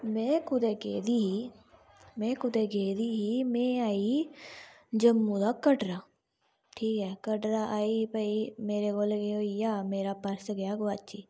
में कुदै गेदी ही में आई जम्मू दा कटरा ठीक ऐ कटरा आई भाई ते मेरा पर्स गेआ गोआची